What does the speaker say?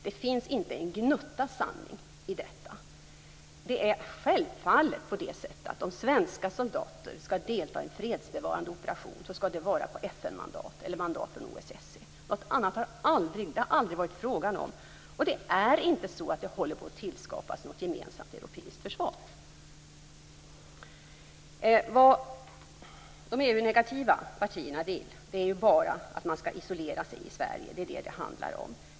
Det finns inte en gnutta sanning i detta. Det är självfallet på det sättet att om svenska soldater skall delta i en fredsbevarande operation, skall det vara på FN mandat eller mandat från OSSE. Något annat har det aldrig varit fråga om. Det är inte så att det håller på att tillskapas något gemensamt europeiskt försvar. Vad de EU-negativa partierna vill är ju bara att man skall isolera sig i Sverige. Det är vad det handlar om.